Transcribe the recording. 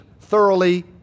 thoroughly